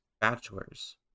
bachelors